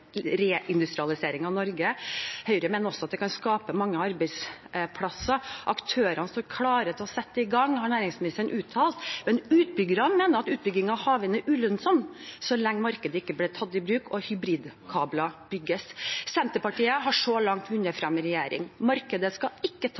reindustrialiseringen av Norge. Høyre mener også at det kan skape mange arbeidsplasser. Aktørene står klare til å sette i gang, har næringsministeren uttalt. Men utbyggerne mener at utbygging av havvind er ulønnsomt så lenge markedet ikke blir tatt i bruk, og hybridkabler ikke bygges. Senterpartiet har så langt vunnet